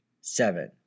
seven